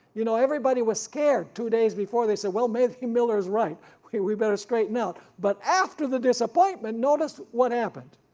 you know everybody was scared two days before they said well maybe miller is right we we better straighten out, but after the disappointment noticed what happened.